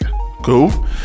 Cool